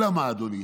אלא מה, אדוני?